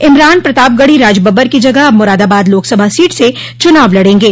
इमरान प्रतापगढ़ी राजबब्बर की जगह अब मुरादाबाद लोकसभा सीट से चुनाव लड़ेंगे